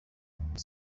muri